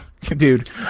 dude